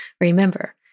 Remember